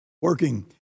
working